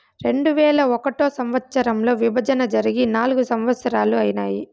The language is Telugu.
రెండువేల ఒకటో సంవచ్చరంలో విభజన జరిగి నాల్గు సంవత్సరాలు ఐనాయి